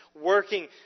working